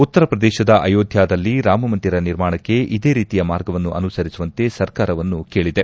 ಉತ್ತರ ಪ್ರದೇಶದ ಅಯೋಧ್ವಾದಲ್ಲಿ ರಾಮ ಮಂದಿರ ನಿರ್ಮಾಣಕ್ಕೆ ಇದೇ ರೀತಿಯ ಮಾರ್ಗವನ್ನು ಅನುಸರಿಸುವಂತೆ ಸರ್ಕಾರವನ್ನು ಕೇಳಿದೆ